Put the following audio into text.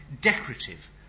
decorative